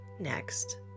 Next